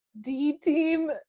D-team